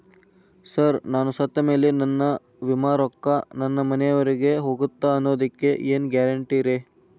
Sir ನಾನು ಸತ್ತಮೇಲೆ ನನ್ನ ವಿಮೆ ರೊಕ್ಕಾ ನನ್ನ ಮನೆಯವರಿಗಿ ಹೋಗುತ್ತಾ ಅನ್ನೊದಕ್ಕೆ ಏನ್ ಗ್ಯಾರಂಟಿ ರೇ?